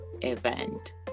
event